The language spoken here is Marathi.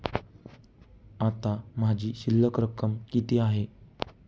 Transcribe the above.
आता माझी शिल्लक रक्कम किती आहे?